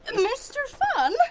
and mr funn!